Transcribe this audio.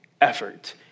effort